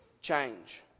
change